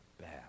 bad